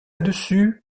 dessus